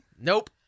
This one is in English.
Nope